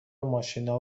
ماشینا